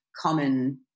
common